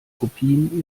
kopien